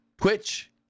Twitch